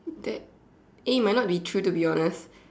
that eh may not be true to be honest